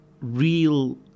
real